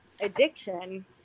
addiction